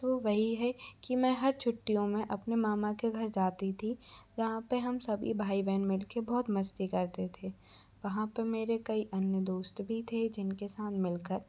तो वही है कि मैं हर छुट्टियों में अपने मामा के घर जाती थी जहाँ पर हम सभी भाई बहन मिल कर बहुत मस्ती करते थे वहाँ पर मेरे कई अन्य दोस्त भी थे जिनके साथ मिल कर